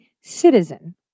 citizen